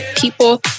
people